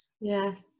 Yes